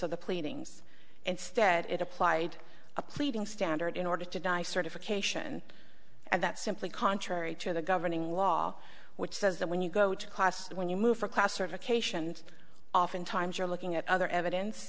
of the pleadings instead it applied a pleading standard in order to die certification and that simply contrary to the governing law which says that when you go to class when you move for classifications oftentimes you're looking at other evidence